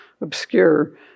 obscure